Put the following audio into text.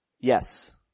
Yes